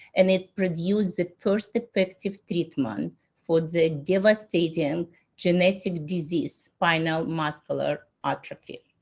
and it produced the first effective treatment for the devastating genetic disease, spinal muscular atrophy.